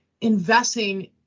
investing